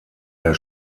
der